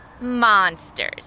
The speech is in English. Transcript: Monsters